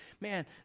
man